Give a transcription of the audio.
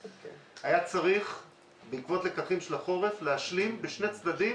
4.1. בעקבות לקחים של החורף היה צריך להשלים בשני צדדים